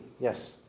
Yes